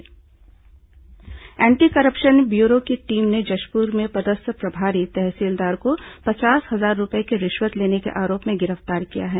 ACB कार्रवाई anti corruption bureau की team ने जशपुर में पदस्थ प्रभारी तहसीलदार को पचास हजार रूपये की रिश्वत लेने के आरोप में गिरफ्तार किया है